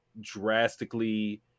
drastically